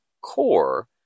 core